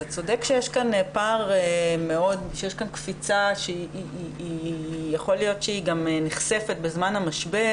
אתה צודק שיש כאן קפיצה שיכול להיות שהיא גם נחשפת בזמן המשבר